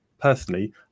personally